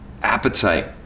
Appetite